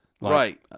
Right